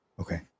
Okay